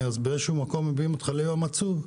באיזשהו מקום מביאים אותך ליום עצוב.